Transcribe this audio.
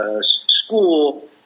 school